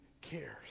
cares